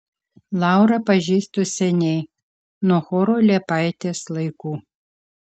laurą pažįstu seniai nuo choro liepaitės laikų